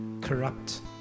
corrupt